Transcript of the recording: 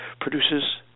produces